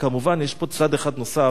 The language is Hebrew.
וכמובן יש פה צד אחד נוסף,